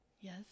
Yes